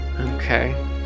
Okay